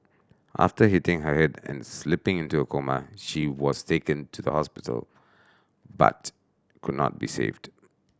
after hitting her head and slipping into a coma she was taken to the hospital but could not be saved